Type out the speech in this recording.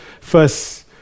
first